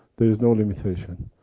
there is no limitation.